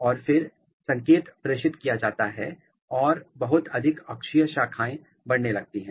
और फिर संकेत प्रेषित किया जाता है और बहुत अधिक अक्षीय शाखाएं बढ़ने लगती हैं